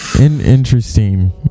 Interesting